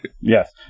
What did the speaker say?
Yes